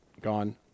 gone